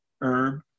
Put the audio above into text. herb